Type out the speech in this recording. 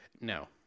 No